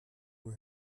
nur